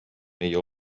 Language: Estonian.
meie